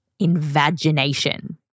invagination